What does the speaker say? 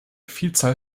vielzahl